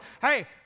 hey